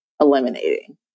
eliminating